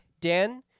Dan